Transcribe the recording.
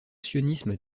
sionisme